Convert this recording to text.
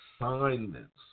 assignments